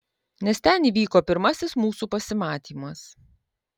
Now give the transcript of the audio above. nes ten įvyko pirmasis mūsų pasimatymas